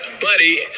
Buddy